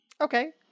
Okay